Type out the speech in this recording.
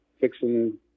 fixing